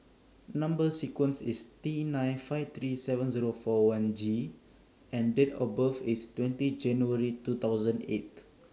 Number sequence IS T nine five three seven Zero four one G and Date of birth IS twenty January two thousand and eight